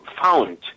found